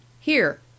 Here